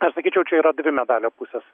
aš sakyčiau čia yra dvi medalio pusės